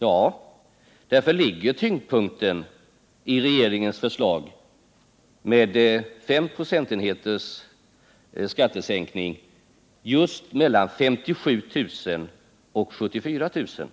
Ja, därför ligger tyngdpunkten i regeringens förslag med 5 procentenheters skattesänkning just mellan 57 000 och 74 000 kr.